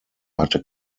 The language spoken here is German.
hatte